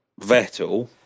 Vettel